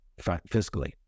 fiscally